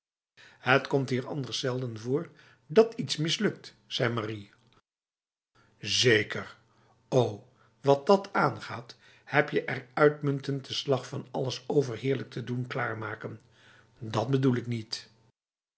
het komt hier anders zelden voor dat iets mislukt zei marie zeker o wat dat aangaat heb je er uitmuntend de slag van alles overheerlijk te doen klaarmaken dat bedoel ik nietf